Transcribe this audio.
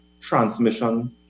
transmission